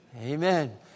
Amen